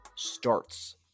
starts